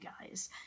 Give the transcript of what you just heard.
guys